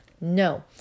No